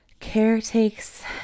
caretakes